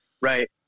Right